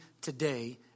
today